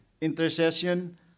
intercession